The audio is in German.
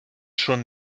schon